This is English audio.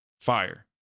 fire